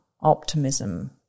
optimism